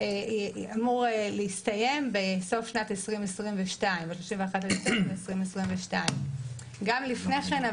אמור להסתיים ב-31 בדצמבר 2022. גם לפני כן,